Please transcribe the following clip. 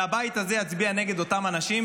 והבית הזה יצביע נגד אותם אנשים,